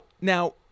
now